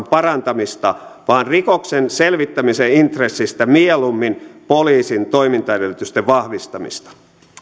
parantamista vaan rikoksen selvittämisen intressistä mieluummin poliisin toimintaedellytysten vahvistamista